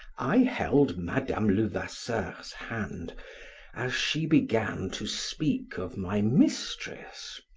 i held madame levasseur's hand as she began to speak of my mistress,